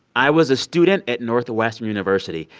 i was a student at northwestern university.